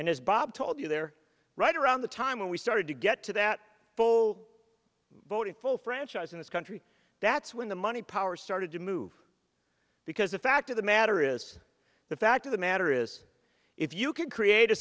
and as bob told you there right around the time when we started to get to that full vote in full franchise in this country that's when the money power started to move because the fact of the matter is the fact of the matter is if you can create a